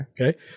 Okay